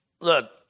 look